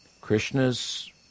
Krishna's